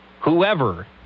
whoever